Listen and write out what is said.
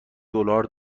دلار